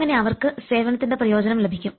അങ്ങനെ അവർക്ക് സേവനത്തിൻറെ പ്രയോജനം ലഭിക്കും